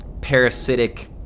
parasitic